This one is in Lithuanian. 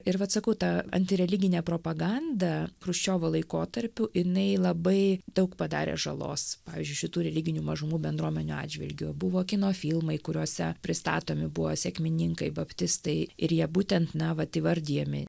ir vat sakau ta antireliginė propaganda chruščiovo laikotarpiu jinai labai daug padarė žalos pavyzdžiui šitų religinių mažumų bendruomenių atžvilgiu buvo kino filmai kuriuose pristatomi buvo sekmininkai baptistai ir jie būtent na vat įvardijami